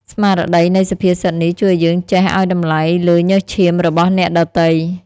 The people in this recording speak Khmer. ស្មារតីនៃសុភាសិតនេះ ជួយឱ្យយើងចេះឱ្យតម្លៃលើញើសឈាមរបស់អ្នកដទៃ។